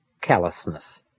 callousness